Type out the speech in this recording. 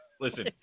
Listen